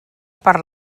per